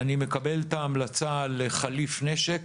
אני מקבל את ההמלצה לחליף נשק,